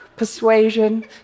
Persuasion